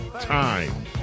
time